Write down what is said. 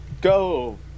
go